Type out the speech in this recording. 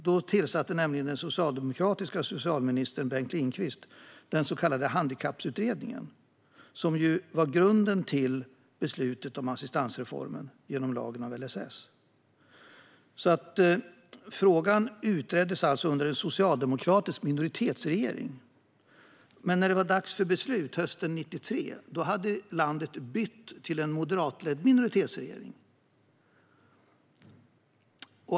Då tillsatte nämligen den socialdemokratiske socialministern Bengt Lindqvist den så kallade Handikapputredningen, som var grunden till beslutet om assistansreformen genom LSS. Frågan utreddes alltså under en socialdemokratisk minoritetsregering, men när det var dags för beslut hösten 1993 hade landet bytt till en moderatledd minoritetsregering.